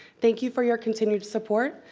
thank you for your continued support.